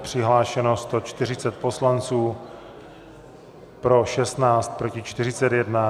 Přihlášeno 140 poslanců, pro 16, proti 41.